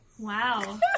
Wow